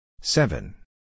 seven